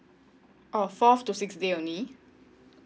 oh fourth to sixth day only